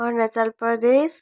Arunachal Pradesh